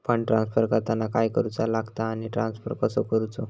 Fund transfer करताना काय करुचा लगता आनी ट्रान्स्फर कसो करूचो?